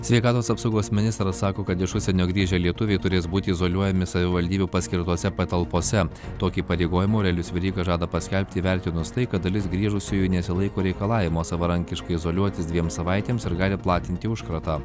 sveikatos apsaugos ministras sako kad iš užsienio grįžę lietuviai turės būti izoliuojami savivaldybių paskirtose patalpose tokį įpareigojimą aurelijus veryga žada paskelbti įvertinus tai kad dalis grįžusiųjų nesilaiko reikalavimo savarankiškai izoliuotis dviem savaitėms ir gali platinti užkratą